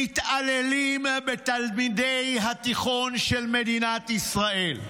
מתעללים בתלמידי התיכון של מדינת ישראל.